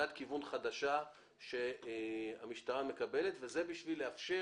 קריאת כיוון חדשה שהמשטר המקבלת וזה כדי לאפשר